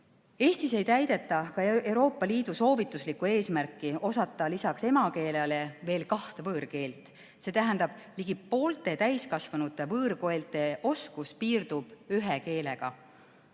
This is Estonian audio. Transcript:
Eestis ei täideta ka Euroopa Liidu soovituslikku eesmärki osata lisaks emakeelele veel kahte võõrkeelt. See tähendab, ligi poolte täiskasvanute võõrkeeleoskus piirdub ühe keelega.